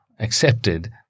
Accepted